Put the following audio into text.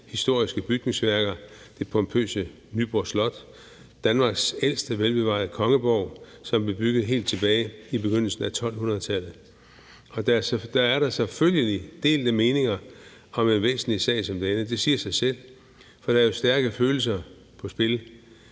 historiske bygningsværker, det pompøse Nyborg Slot, Danmarks ældste velbevarede kongeborg, som blev bygget helt tilbage i begyndelsen af 1200-tallet. Der er selvfølgelig delte meninger om en væsentlig sag som denne. Det siger sig selv. For der er jo stærke følelser på spil,